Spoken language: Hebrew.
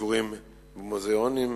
ביקורים במוזיאונים,